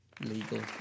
Legal